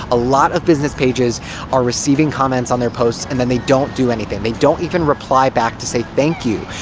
a lot of business pages are receiving comments on their posts, and then they don't do anything. they don't even reply back to say thank you.